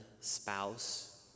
spouse